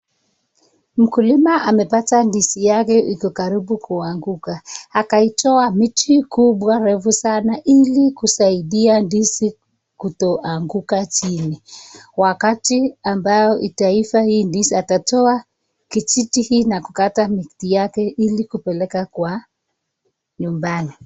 Mkulima amepata ndizi yake iko karibu kuanguka, akaitoa miti kubwa mirefu sana, ili kusaidia ndizi kutoanguka chini. Wakati ambayo itaiva hii ndizi, atatoa kijiti hii na kukata miti yake ili kupeleka kwa nyumbani.